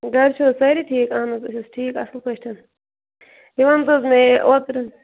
گَرِ چھُوا سٲری ٹھیٖک اَہَن حظ أسۍ حظ ٹھیٖک اَصٕل پٲٹھۍ یہِ وَن تہِ حظ مےٚ اوترٕ